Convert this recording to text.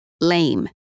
lame